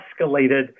escalated